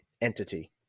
entity